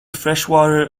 freshwater